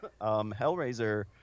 Hellraiser